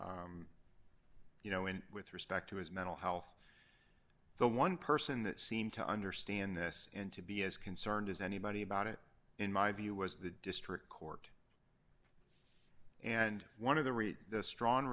you know and with respect to his mental health the one person that seemed to understand this and to be as concerned as anybody about it in my view was the district court and one of the read the strong